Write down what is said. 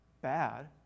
bad